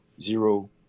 zero